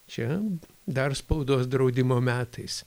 čia dar spaudos draudimo metais